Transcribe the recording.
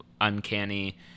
uncanny